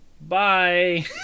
Bye